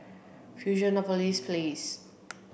Fusionopolis Place